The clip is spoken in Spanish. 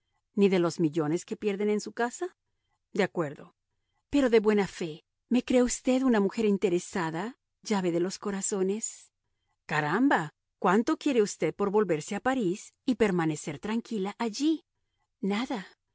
ni de los millones que pierden en su casa de acuerdo pero de buena fe me cree usted una mujer interesada llave de los corazones caramba cuánto quiere usted por volverse a parís y permanecer tranquila allí nada